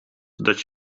dat